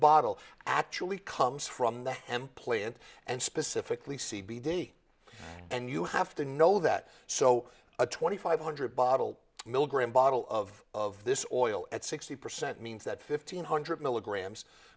bottle actually comes from the hemp plant and specifically c b d and you have to know that so a twenty five hundred bottle milligram bottle of of this oil at sixty percent means that fifteen hundred milligrams